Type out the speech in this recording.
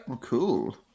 Cool